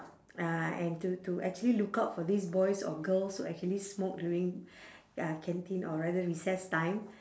uh and to to actually look out for these boys or girls who actually smoke during uh canteen or rather recess time